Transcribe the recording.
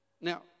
Now